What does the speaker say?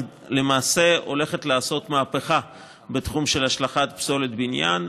הולכת לעשות מהפכה בתחום של השלכת פסולת בניין,